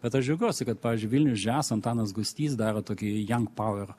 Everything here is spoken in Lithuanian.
bet aš džiaugiuosi kad pavyzdžiui vilnius džias antanas gustys daro tokį jank pauer